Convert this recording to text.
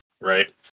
Right